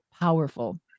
powerful